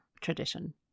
tradition